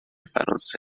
فرانسه